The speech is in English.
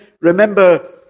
remember